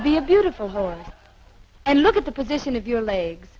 to be a beautiful home and look at the position of your legs